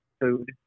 food